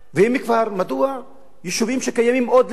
מדוע יישובים שקיימים עוד מלפני קום המדינה,